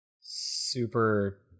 Super